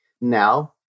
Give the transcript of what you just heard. Now